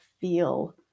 feel